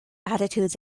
attitudes